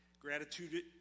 Gratitude